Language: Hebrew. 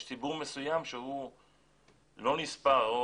יש ציבור מסוים שהוא לא נספר.